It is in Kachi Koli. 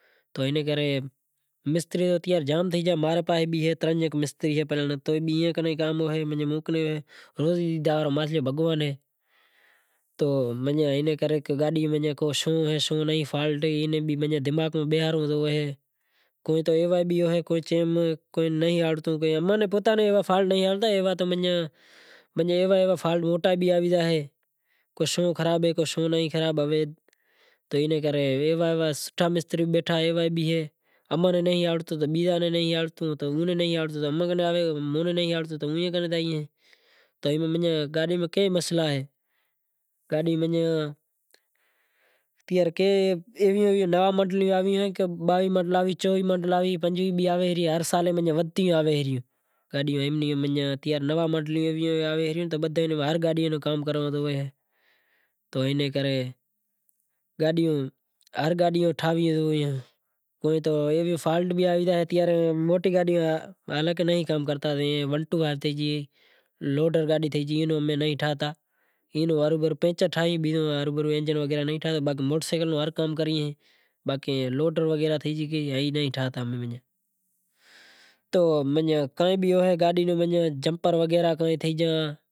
تو اینے کرے مستری بھی زام تھے گیا میں کنیں ترن مستری سیں تو کڈی ایئے کنے کام ہوئے تو کنیں موں کنیں ہوئے روزی تو ماتھے بھگوان نے ہاتھ میں سے تو گاڈیمیں شوں اے شوں اے فالٹ اینی بھی دماغ میں بیہارو سیں، کوئی ایوا بھی اہیں کہ چیم اماں نے کوئی فالٹ نتھی پنڑ کو شوں خراب اہے کو شوں خراب اہے ہمیں تو اینے کرے ایوا ایوا سوٹھا مستری بھی بیٹھا اہیں کوئی ایوا بھی اہیں امیں بھی نہیں آڑتو تو اوئے کن زائے اوئے کن نہیں آڑتو تو موں کن آوے۔ تو گاڈی میں کئی مسئلہ اہیں، کوئی باویہہ ماڈل آوی چوویہہ بھی آوے پنجویہہ بھی آئے ہر سال ودھی آوے ریوں، نوا ماڈل آویں را تو اینے کرے گاڈیوں ہر گاڈیوں ٹھائی یوں موٹیوں گاڈیوں امیں نہیں ٹھائتا ون ٹو فائیو تھے گئی لوڈر تھے گئی اینوں امیں نہیں ٹھائیتا اینوں ہروبھرو انجڑ وغیرہ نہیں ٹھائتا باقی موٹر سینکل نو ہر کام کریئں باقی لوڈر وغیرہ تھئی گیو ای نہیں ٹھائتا تو کائیں بھی ہوئے گاڈی نو منیں